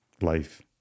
life